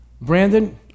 Brandon